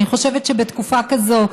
אני חושבת שבתקופה כזאת,